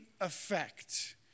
effect